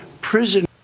prison